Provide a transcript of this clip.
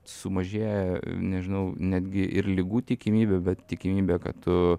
sumažėja nežinau netgi ir ligų tikimybė bet tikimybė kad tu